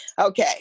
Okay